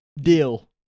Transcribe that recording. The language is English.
deal